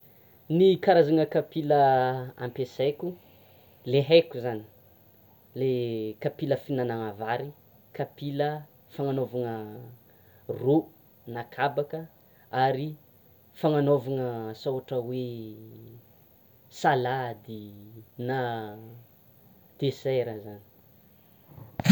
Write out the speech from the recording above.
Ny karazana kapila, hampiasaiko le haiko zany, le kapila fihinana vary; kapila fagnanaovana rô na kabaka, ary fagnanaovana asa ohatra hoe salady na dessera zany.